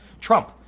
Trump